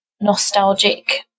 nostalgic